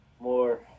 more